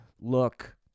Look